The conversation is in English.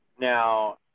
now